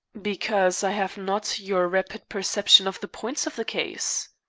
because i have not your rapid perception of the points of the case.